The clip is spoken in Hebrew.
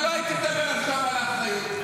אבל לא הייתי מדבר עכשיו על אחריות.